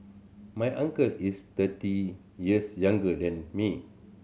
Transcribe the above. my uncle is thirty years younger than me